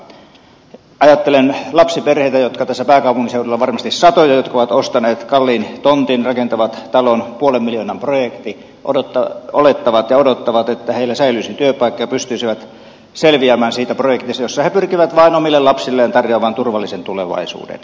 ajattelen sellaisia lapsiperheitä joita tässä pääkaupunkiseudulla on varmasti satoja jotka ovat ostaneet kalliin tontin rakentavat talon puolen miljoonan projekti olettavat ja odottavat että heillä säilyisi työpaikka ja pystyisivät selviämään siitä projektista jossa he pyrkivät vain omille lapsilleen tarjoamaan turvallisen tulevaisuuden